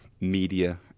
media